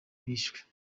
bishwe